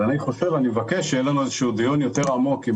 אני מבקש שיהיה לנו דיון יותר עמוק עם